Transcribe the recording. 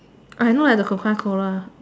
I know at the Coca-Cola